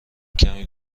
کمی